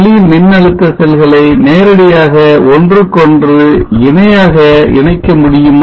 ஒளிமின்னழுத்த செல்களை நேரடியாக ஒன்றுக்கொன்று இணையாக இணைக்க முடியுமா